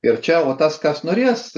ir čia va tas kas norės